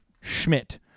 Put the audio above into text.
Schmidt